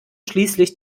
schließlich